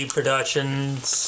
Productions